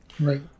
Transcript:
right